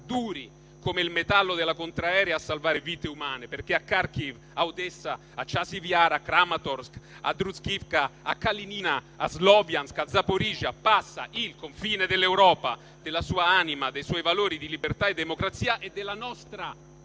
duri, come il metallo della contraerea, a salvare vite umane. A Charkiv, a Odessa, a Chasiv Yar, a Kramators'k, a Druzhkivka, a Sloviansk, a Zaporizhzhia passa il confine dell'Europa, della sua anima, dei suoi valori di libertà e democrazia e della nostra